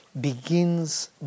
begins